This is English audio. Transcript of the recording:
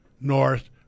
North